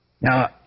Now